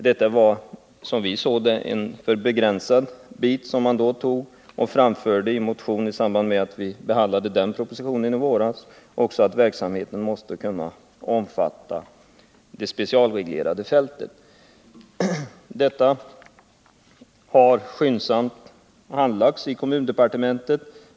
Detta var, som vi såg det, en alltför begränsad bit, och vi framförde i en motion i samband med riksdagsbehandlingen av den propositionen i våras yrkande om att verksamheten måste kunna omfatta även det specialreglerade fältet. Ärendet har skyndsamt handlagts i kommundepartementet.